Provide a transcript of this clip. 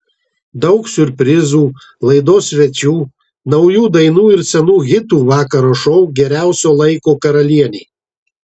daug siurprizų laidos svečių naujų dainų ir senų hitų vakaro šou geriausio laiko karalienė